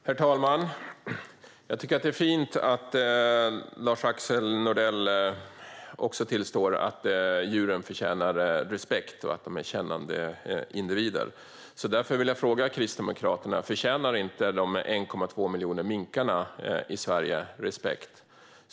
Herr talman! Jag tycker att det är fint att Lars-Axel Nordell tillstår att djuren förtjänar respekt och att de är kännande individer. Därför vill jag fråga Kristdemokraterna: Förtjänar inte de 1,2 miljonerna minkar i Sverige respekt?